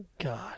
God